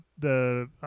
-the